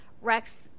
Rex